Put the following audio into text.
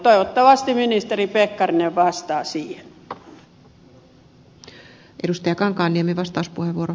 toivottavasti ministeri pekkarinen vastaa siihen